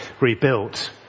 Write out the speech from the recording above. rebuilt